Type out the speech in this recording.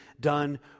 done